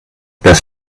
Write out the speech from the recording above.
das